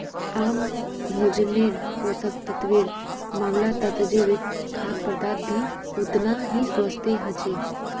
आम भोजन्नेर पोषक तत्वेर मामलाततजैविक खाद्य पदार्थ भी ओतना ही स्वस्थ ह छे